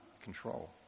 control